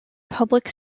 public